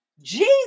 Jesus